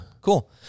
cool